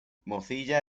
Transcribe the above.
mozilla